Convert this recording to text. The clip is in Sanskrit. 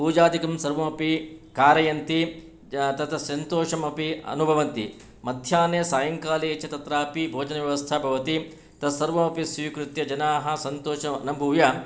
पूजादिकं सर्वमपि कारयन्ति ज तत् सन्तोषमपि अनुभवन्ति मध्याह्णे सायङ्काले च तत्रापि भोजनव्यवस्था भवति तत् सर्वमपि स्वीकृत्य जनाः सन्तोषम् अनुभूय